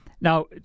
now